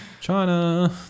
China